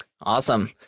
Awesome